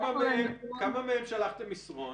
מתוכם יש כאלה שלא קיבלו מסרון.